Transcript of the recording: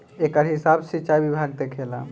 एकर हिसाब सिचाई विभाग देखेला